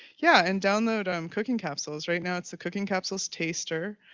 yeah and download um cooking capsules. right now it's the cooking capsules taster,